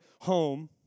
home